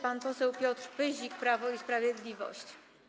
Pan poseł Piotr Pyzik, Prawo i Sprawiedliwość.